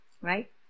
right